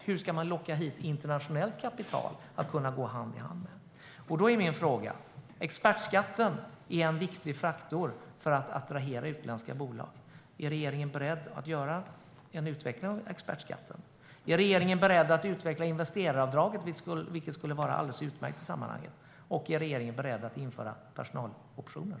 Hur ska man locka hit internationellt kapital som kan gå hand i hand? Expertskatten är en viktig faktor för att attrahera utländska bolag. Är regeringen beredd till en utveckling av expertskatten? Är regeringen beredd att utveckla investeraravdraget? Det skulle vara alldeles utmärkt i sammanhanget. Är regeringen beredd att införa personaloptioner?